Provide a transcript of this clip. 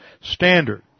standard